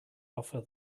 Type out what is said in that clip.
offer